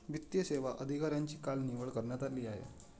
वित्तीय सेवा अधिकाऱ्यांची काल निवड करण्यात आली आहे